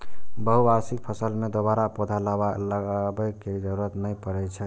बहुवार्षिक फसल मे दोबारा पौधा लगाबै के जरूरत नै पड़ै छै